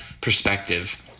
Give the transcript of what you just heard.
perspective